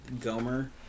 Gomer